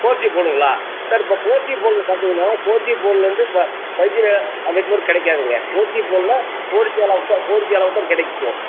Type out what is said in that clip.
four G ஃபோனுங்களா sir இப்போ four G ஃபோனில் பார்த்தீங்கன்னா ஃபோர் ஜி ஃபோனில் வந்து இப்போ ஃபைவ் ஜி நெட்வொர்க்கு கிடைக்காதுங்க ஃபோர் ஜி ஃபோனில் ஃபோர் ஜி அளவுக்குத் தான் ஃபோர் ஜி அளவுக்குத் தான் கிடைக்கும்